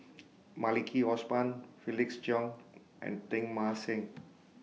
Maliki Osman Felix Cheong and Teng Mah Seng